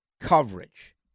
coverage